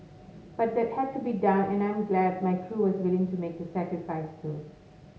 but that had to be done and I'm glad my crew was willing to make the sacrifice too